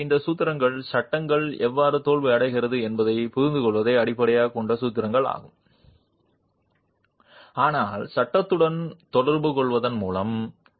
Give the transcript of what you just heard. எனவே இந்த சூத்திரங்கள் சட்டங்கள் எவ்வாறு தோல்வியடைகிறது என்பதைப் புரிந்துகொள்வதை அடிப்படையாகக் கொண்ட சூத்திரங்கள் ஆகும் ஆனால் சட்டத்துடன் தொடர்புகொள்வதன் மூலம்